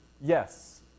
Yes